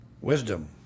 wisdom